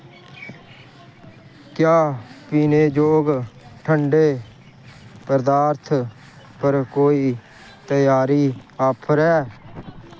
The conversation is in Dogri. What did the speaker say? क्या पीने जोग ठंडे पदार्थे पर कोई तेहारी आफर ऐ